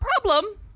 problem